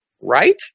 right